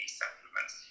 supplements